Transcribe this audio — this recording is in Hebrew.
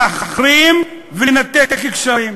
להחרים ולנתק קשרים.